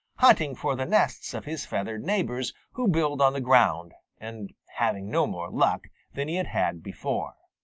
hunting for the nests of his feathered neighbors who build on the ground, and having no more luck than he had had before.